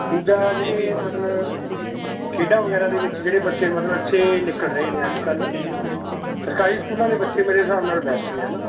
ਦੂਜਾ ਜਿਹੜੇ ਮਤਲਬ ਖੇਡਾਂ ਵਗੈਰਾ ਦੇ ਵਿੱਚ ਜਿਹੜੇ ਬੱਚੇ ਮਤਲਬ ਅੱਛੇ ਨਿਕਲ ਰਹੇ ਨੇ ਅੱਜ ਕੱਲ੍ਹ ਸਰਕਾਰੀ ਸਕੂਲਾਂ ਦੇ ਬੱਚੇ ਮੇਰੇ ਹਿਸਾਬ ਨਾਲ ਬੈਸਟ ਨੇ ਹੈ ਨਾ